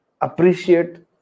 appreciate